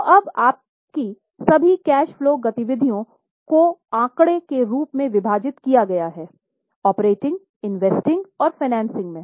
तो अबआपकी सभी कैश फलो गतिविधियों को आंकड़ा के रूप में विभाजित किया गया है ऑपरेटिंग इन्वेस्टिंग और फाइनेंसिंग में